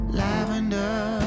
lavender